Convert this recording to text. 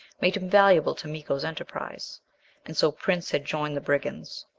made him valuable to miko's enterprise. and so prince had joined the brigands.